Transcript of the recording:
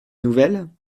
nouvelle